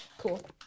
cool